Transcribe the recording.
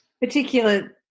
particular